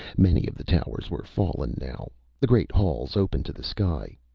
many of the towers were fallen now, the great halls open to the sky.